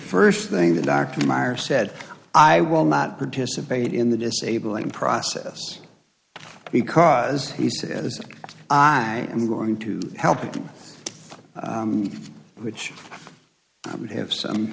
first thing the doctor meyer said i will not participate in the disabling process because he said as i am going to help you which i would have some